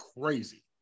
Crazy